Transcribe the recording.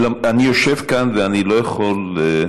אני יושב כאן ואני לא יכול,